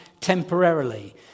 temporarily